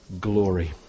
glory